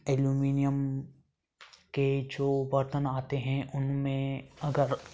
aluminium के जो बर्तन आते हैं उनमें अगर